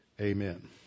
Amen